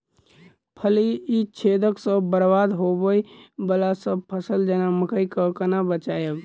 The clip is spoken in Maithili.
फली छेदक सँ बरबाद होबय वलासभ फसल जेना मक्का कऽ केना बचयब?